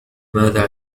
ماذا